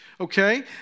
okay